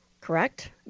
correct